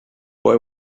boy